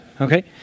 Okay